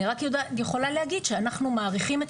אני רק יכולה להגיד שאנחנו מעריכים את